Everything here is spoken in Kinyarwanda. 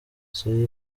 soya